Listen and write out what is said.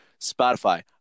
Spotify